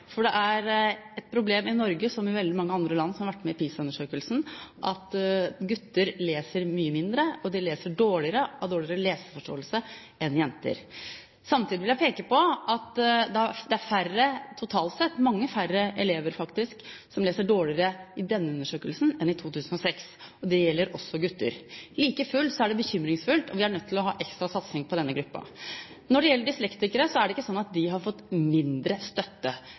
Norge, som i veldig mange andre land som har vært med i PISA-undersøkelsen, at gutter leser mye mindre, de leser dårligere, og de har dårligere leseforståelse enn jenter. Samtidig vil jeg peke på at det er færre totalt sett – mange færre elever, faktisk – som leser dårligere i denne undersøkelsen enn i 2006. Det gjelder også gutter. Like fullt er det bekymringsfullt, og vi er nødt til å ha ekstra satsing på denne gruppen. Når det gjelder dyslektikere, er det ikke sånn at de har fått mindre støtte.